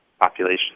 population